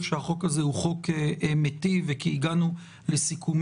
שהחוק הזה הוא חוק מיטיב וכי הגענו לסיכומים,